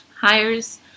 hires